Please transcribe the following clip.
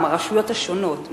מהרשויות השונות,